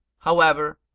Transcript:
however,